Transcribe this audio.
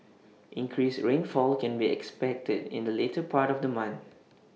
increased rainfall can be expected in the later part of the month